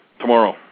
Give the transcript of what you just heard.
tomorrow